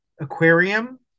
aquarium